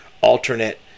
alternate